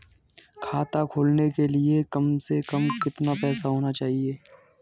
खाता खोलने के लिए कम से कम कितना पैसा होना चाहिए?